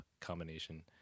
combination